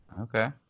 Okay